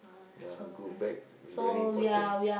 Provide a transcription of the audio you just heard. ya good back is very important